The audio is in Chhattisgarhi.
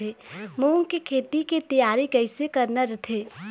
मूंग के खेती के तियारी कइसे करना रथे?